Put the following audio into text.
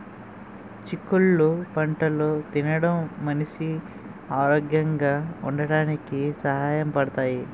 చిక్కుళ్ళు పంటలు తినడం మనిషి ఆరోగ్యంగా ఉంచడానికి సహాయ పడతాయి